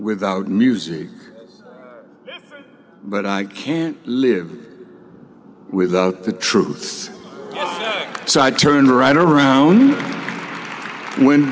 without music but i can't live without the truth so i turn right around when